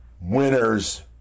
Winners